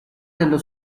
dello